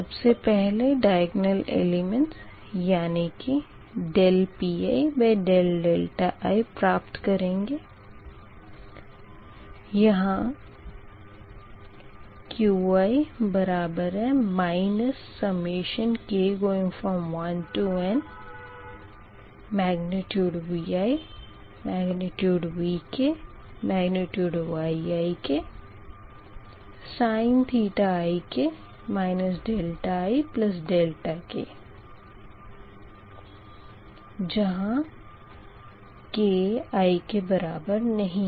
सबसे पहले diagonal elements यानी कि dPi∆i प्राप्त करेंगे यहाँQi k1nVi Vk Yiksin ik ik जहाँ k बराबर i नही है